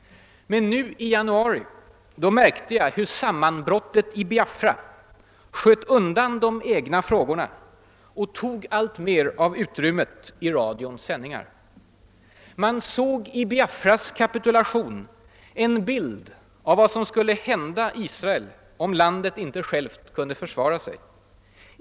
Men nu i januari märkte jag hur sammanbrottet i Biafra sköt undan de egna frågorna och tog alltmer av utrymmet i radions sändningar. Man såg i Biafras kapitulation en bild av vad som skulle hända Israel om landet inte självt kunde försvara sig.